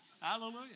Hallelujah